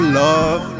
love